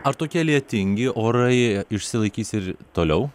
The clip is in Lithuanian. ar tokie lietingi orai išsilaikys ir toliau